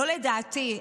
לא לדעתי,